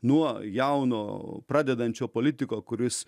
nuo jauno pradedančio politiko kuris